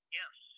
yes